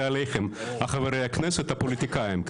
זה עליכם חברי הכנסת הפוליטיקאים.